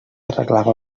arreglava